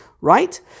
Right